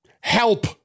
help